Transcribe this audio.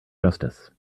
justice